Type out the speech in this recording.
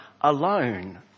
alone